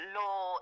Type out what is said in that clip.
law